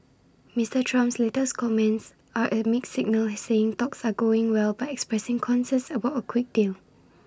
Mister Trump's latest comments are A mixed signal saying talks are going well but expressing concern about A quick deal